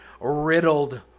riddled